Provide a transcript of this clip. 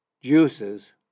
juices